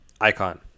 icon